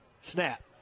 Snap